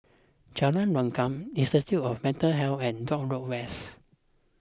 Jalan Rukam Institute of Mental Health and Dock Road West